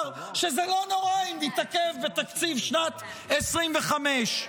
שזה לא נורא אם נתעכב בתקציב שנת 2025?